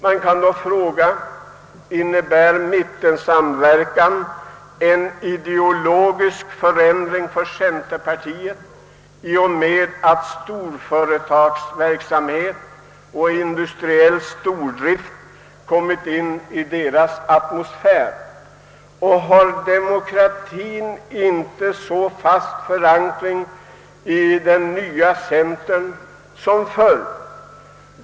Man kan då fråga om mittensamverkan innebär en ideologisk förändring för centerpartiet, då ju den industriella stordriften nu har kommit in i jordbrukets sfär. Har demokratien inte lika fast förankring som förr i centern?